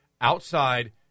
outside